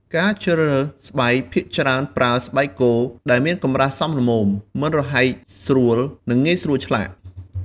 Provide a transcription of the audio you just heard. ការជ្រើសរើសស្បែក ភាគច្រើនប្រើ ស្បែកគោ ដែលមានកម្រាស់សមល្មម មិនរហែកស្រួល និងងាយស្រួលឆ្លាក់។